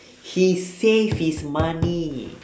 he save his money